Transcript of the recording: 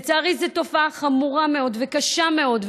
לצערי, זו תופעה חמורה מאוד וקשה מאוד.